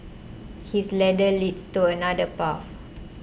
his ladder leads to another path